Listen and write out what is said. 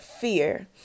fear